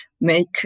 make